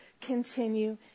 continue